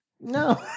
No